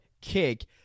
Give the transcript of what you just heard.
kick